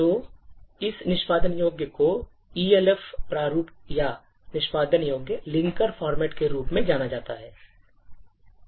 तो इस निष्पादन योग्य को ELF प्रारूप या निष्पादन योग्य Linker Format के रूप में जाना जाता है